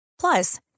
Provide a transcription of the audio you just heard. Plus